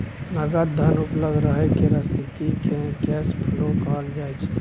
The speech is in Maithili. नगद धन उपलब्ध रहय केर स्थिति केँ कैश फ्लो कहल जाइ छै